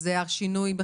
זה השינוי.